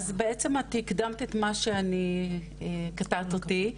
אז בעצם את הקדמת את מה שאני, קטעת אותי,